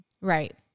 Right